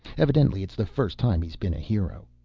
evidently it's the first time he's been a hero